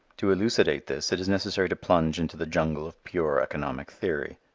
to elucidate this it is necessary to plunge into the jungle of pure economic theory.